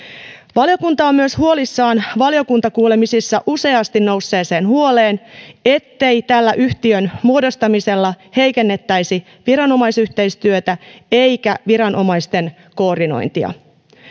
valiokunta on myös huolissaan valiokuntakuulemisissa useasti nousseesta huolesta ettei tällä yhtiön muodostamisella heikennettäisi viranomaisyhteistyötä eikä viranomaisten koordinointia